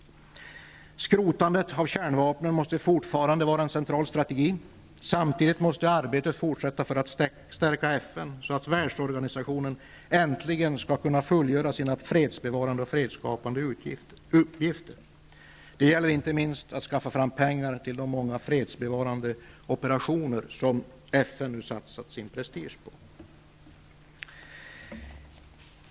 Skrotandet av kärnvapnen måste fortfarande vara en central strategi. Samtidigt måste arbetet fortsätta för att stärka FN, så att världsorganisationen äntligen kan fullgöra sina fredsbevarande och fredsskapande uppgifter. Det gäller inte minst att skaffa fram pengar till de många fredsbevarande operationer som FN nu har satsat sin prestige på.